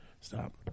Stop